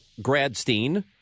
Gradstein